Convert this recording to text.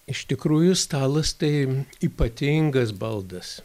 iš tikrųjų stalas tai ypatingas baldas